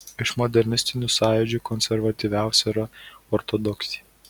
iš modernistinių sąjūdžių konservatyviausia yra ortodoksija